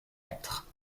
lettre